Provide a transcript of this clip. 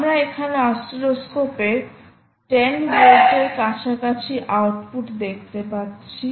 আমরা এখানে অসিলোস্কোপে 10 ভোল্টের কাছাকাছি আউটপুট দেখতে পাচ্ছি